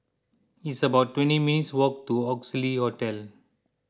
it's about twenty minutes' walk to Oxley Hotel